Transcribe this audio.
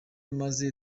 muze